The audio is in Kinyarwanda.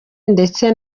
ndetse